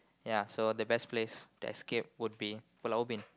ya so the best place to escape would be Pulau-Ubin